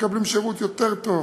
מקבלים שירות יותר טוב.